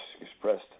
expressed